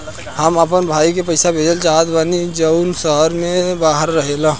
हम अपना भाई के पइसा भेजल चाहत बानी जउन शहर से बाहर रहेला